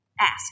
Ask